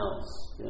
else